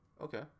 Okay